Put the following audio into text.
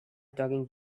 talking